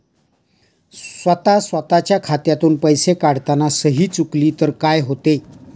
स्वतः स्वतःच्या खात्यातून पैसे काढताना सही चुकली तर काय होते?